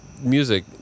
music